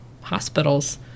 hospitals